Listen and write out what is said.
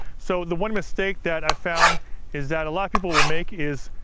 so the one mistake that i've found is, that a lotta people will make is,